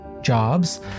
jobs